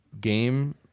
game